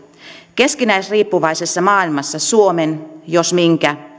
keskinäisriippuvaisessa maailmassa suomen jos minkä